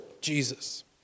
Jesus